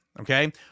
Okay